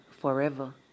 forever